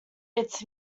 its